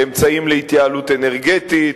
באמצעים להתייעלות אנרגטית,